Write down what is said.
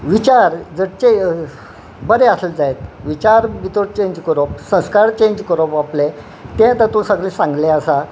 विचार जर चे बरे आसले जायत विचार भितर चेंज करप संस्कार चेंज करप आपले ते तातूंत सगळें सांगले आसा